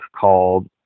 called